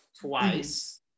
twice